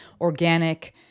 organic